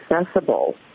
accessible